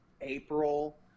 April